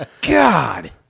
God